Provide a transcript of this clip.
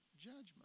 judgment